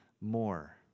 more